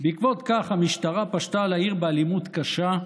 ובעקבות זאת המשטרה פשטה על העיר באלימות קשה,